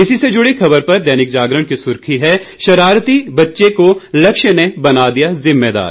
इसी से जुड़ी ख़बर पर दैनिक जागरण की सुर्खी है शरारती बच्चे को लक्ष्य ने बना दिया जिम्मेदार